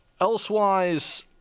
elsewise